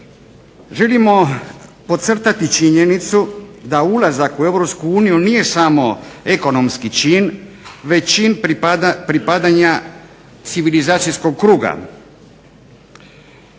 Želimo podcrtati činjenicu da ulazak u EU nije samo ekonomski čin, već čin pripadanja civilizacijskog kruga.